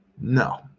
No